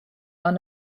are